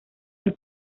del